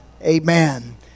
Amen